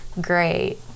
great